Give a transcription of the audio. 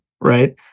right